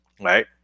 Right